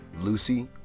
Lucy